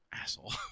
asshole